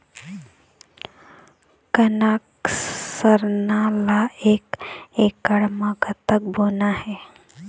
कनक सरना ला एक एकड़ म कतक बोना हे?